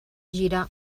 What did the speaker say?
gira